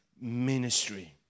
ministry